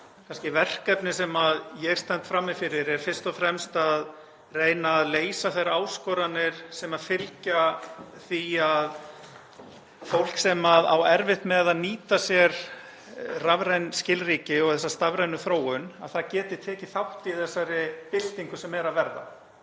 að verkefnið sem ég stend frammi fyrir er fyrst og fremst að reyna að leysa þær áskoranir sem fylgja því að fólk sem á erfitt með að nýta sér rafræn skilríki og þessa stafrænu þróun geti tekið þátt í þessari byltingu sem er að verða.